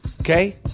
Okay